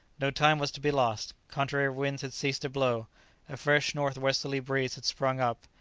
no time was to be lost. contrary winds had ceased to blow a fresh north-westerly breeze had sprung up,